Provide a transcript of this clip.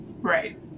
right